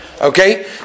Okay